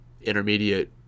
intermediate